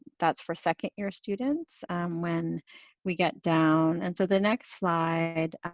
that's for second year students when we get down. and so the next slide